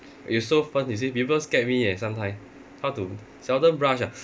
you so fun you see people scared me eh sometime how to seldom blush ah